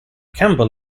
campbell